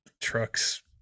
trucks